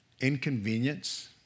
inconvenience